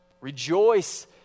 Rejoice